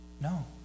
No